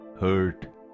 hurt